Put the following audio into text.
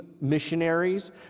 missionaries